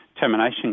termination